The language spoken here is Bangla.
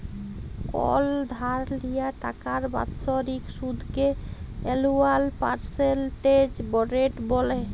কল ধার লিয়া টাকার বাৎসরিক সুদকে এলুয়াল পার্সেলটেজ রেট ব্যলে